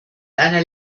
einer